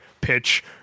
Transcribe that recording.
pitch